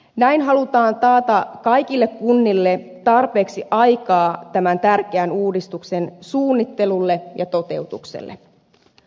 näin halutaan taata kaikille kunnille tarpeeksi aikaa tämän tärkeän uudistuksen suunnittelulle ja toteutukselle